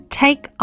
take